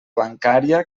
bancària